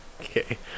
Okay